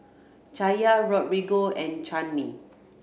Chaya Rodrigo and Chanie